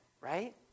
right